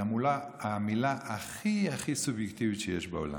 היא המילה הכי הכי סובייקטיבית שיש בעולם.